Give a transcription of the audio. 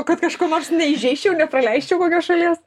kad kažko nors neįžeisčiau nepraleisčiau kokios šalies